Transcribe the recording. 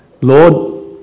Lord